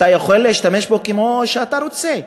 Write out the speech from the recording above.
אתה יכול להשתמש בו כמו שאתה רוצה.